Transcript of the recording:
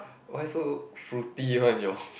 why so fruity one your